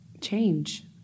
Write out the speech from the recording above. change